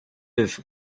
his